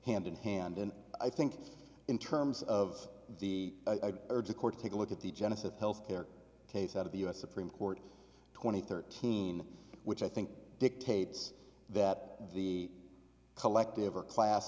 hand in hand and i think in terms of the urge of court to take a look at the genesis of health care case out of the us supreme court twenty thirteen which i think dictates that the collective or class